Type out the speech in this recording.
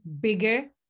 bigger